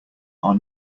are